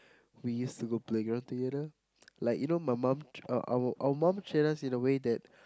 we use to go playground together like you know my mum uh our our mum cheered us in a way that